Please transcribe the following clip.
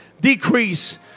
Decrease